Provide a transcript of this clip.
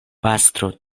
pastro